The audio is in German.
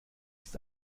ist